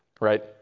right